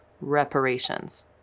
reparations